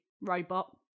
robot